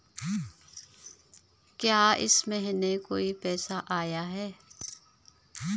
क्या इस महीने कोई पैसा आया है?